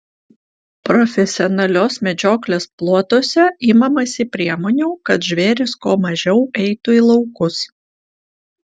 profesionalios medžioklės plotuose imamasi priemonių kad žvėrys kuo mažiau eitų į laukus